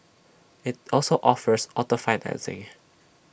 IT also offers auto financing